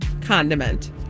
condiment